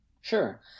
Sure